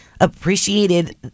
appreciated